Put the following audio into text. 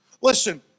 Listen